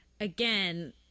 again